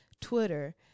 Twitter